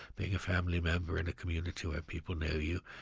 being a family member in a community where people know you,